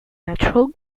natural